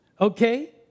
okay